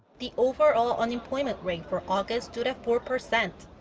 the overall unemployment rate for august stood at four-percent,